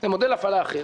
זה מודל הפעלה אחר.